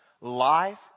Life